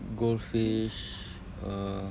gold fish uh